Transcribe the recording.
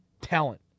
talent